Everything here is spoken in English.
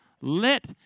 Let